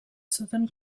southern